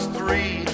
three